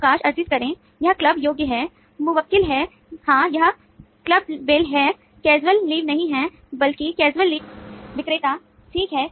विक्रेता ठीक है ठीक है ठीक है